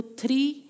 three